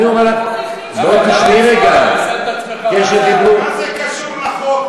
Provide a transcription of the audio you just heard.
מה זה קשור לחוק?